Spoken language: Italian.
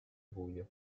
buio